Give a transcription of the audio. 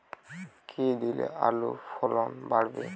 কী দিলে আলুর ফলন বাড়বে?